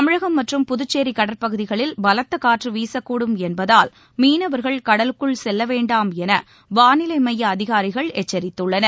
தமிழகம் மற்றும் புதுச்சேரி கடற்பகுதிகளில் பலத்த காற்று வீசக்கூடும் என்பதால் மீனவர்கள் கடலுக்குள் செல்ல வேண்டாம் என வானிலை மைய அதிகாரிகள் எச்சரித்துள்ளனர்